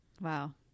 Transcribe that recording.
wow